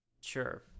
sure